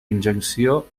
injecció